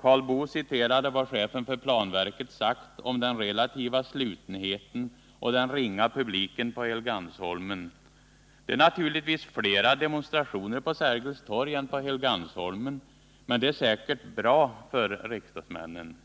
Karl Boo citerade vad chefen för planverket sagt om den relativa slutenheten och den ringa publiken på Helgeandsholmen. Det är naturligtvis fler demonstrationer på Sergels torg än på Helgeandsholmen, men det är säkert bra för riksdagsmännen!